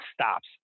stops